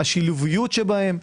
השילוביות שבהם.